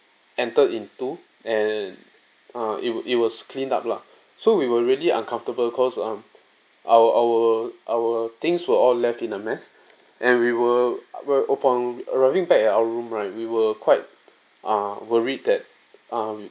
entered into and uh it was it was cleaned up lah so we were really uncomfortable cause um our our our our things were all left in a mess and we were were upon arriving back at our room right we were quite uh worried that um